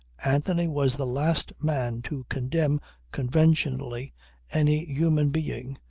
anthony was the last man to condemn conventionally any human being,